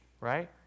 right